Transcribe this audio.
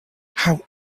how